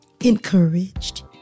encouraged